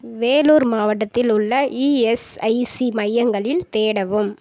வேலூர் மாவட்டத்தில் உள்ள இஎஸ்ஐசி மையங்களில் தேடவும்